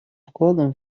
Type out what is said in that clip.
вкладом